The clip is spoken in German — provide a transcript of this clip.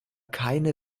keine